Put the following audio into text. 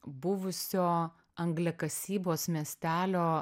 buvusio angliakasybos miestelio